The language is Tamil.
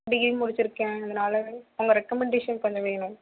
டிகிரி முடித்திருக்கேன் அதனால் உங்கள் ரெக்கமண்டேஷன் கொஞ்சம் வேணும்